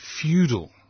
feudal